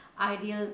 ideal